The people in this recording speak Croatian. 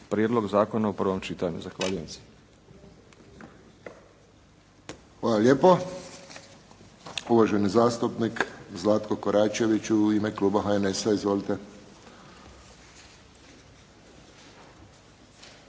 prijedlog zakona u prvom čitanju. Zahvaljujem se. **Friščić, Josip (HSS)** Hvala lijepo. Uvaženi zastupnik Zlatko Koračević u ime kluba HNS-a. Izvolite.